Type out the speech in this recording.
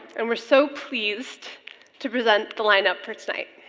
and we're so pleased to present the lineup for tonight.